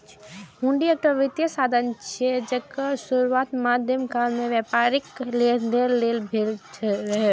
हुंडी एकटा वित्तीय साधन छियै, जेकर शुरुआत मध्यकाल मे व्यापारिक लेनदेन लेल भेल रहै